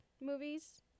movies